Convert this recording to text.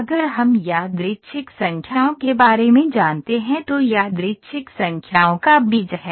अगर हम यादृच्छिक संख्याओं के बारे में जानते हैं तो यादृच्छिक संख्याओं का बीज है